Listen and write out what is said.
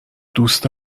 دوست